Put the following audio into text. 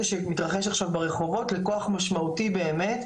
שמתרחש עכשיו ברחובות לכוח משמעותי באמת,